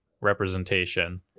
representation